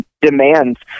demands